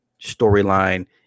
storyline